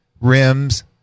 Rims